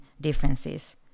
differences